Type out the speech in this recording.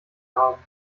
haben